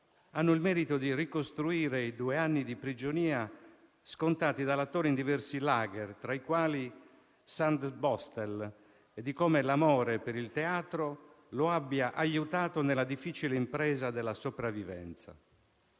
hanno il merito di ricostruire i due anni di prigionia scontati dall'attore in diversi *lager* tra i quali Sandbostel e di come l'amore per il teatro lo abbia aiutato nella difficile impresa della sopravvivenza.